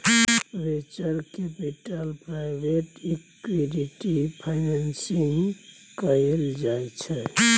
venture capital private equity financing कएल जाइ छै